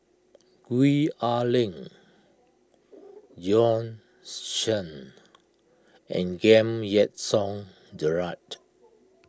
Gwee Ah Leng Bjorn Shen and Giam Yean Song Gerald